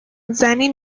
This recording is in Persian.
زنی